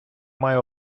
має